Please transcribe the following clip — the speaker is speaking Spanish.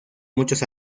muchos